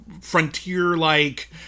frontier-like